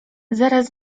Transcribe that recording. zaraz